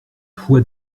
foi